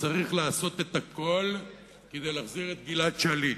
צריך לעשות הכול כדי להחזיר את גלעד שליט.